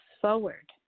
forward